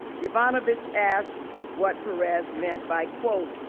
ivana vich asked what perez meant by, quote,